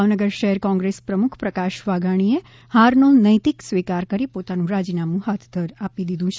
ભાવનગર શહેર કોંગ્રેસ પ્રમુખ પ્રકાશ વાઘાણી એ હાર નો નૈતિક સ્વીકાર કરી પોતાનું રાજીનામુ ધરી દીધું છે